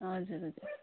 हजुर